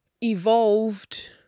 evolved